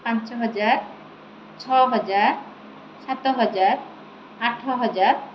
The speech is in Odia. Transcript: ପାଞ୍ଚ ହଜାର ଛଅ ହଜାର ସାତ ହଜାର ଆଠ ହଜାର